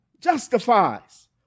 justifies